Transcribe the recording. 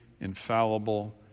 infallible